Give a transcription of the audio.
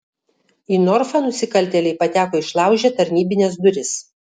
į norfą nusikaltėliai pateko išlaužę tarnybines duris